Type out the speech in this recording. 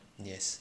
yes